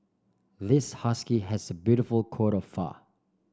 this husky has a beautiful coat of fur